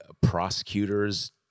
prosecutors